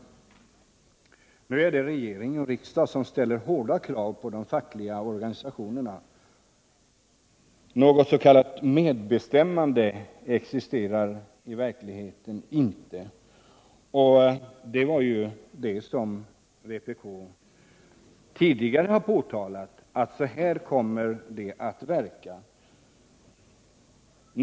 Nu är det regering och riksdag som ställer hårda krav på de fackliga organisationerna. Något s.k. medbestämmande existerar i verkligheten inte. Ja, vpk har ju tidigare påtalat att så här kommer MBL att verka i praktiken.